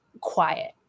quiet